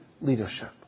leadership